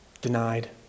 denied